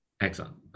Excellent